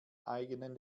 eigenen